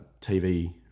TV